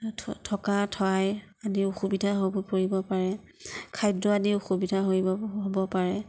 থকা ঠাই আদিৰ অসুবিধা হ'ব পৰিব পাৰে খাদ্য আদি অসুবিধাৰ হইব হ'ব পাৰে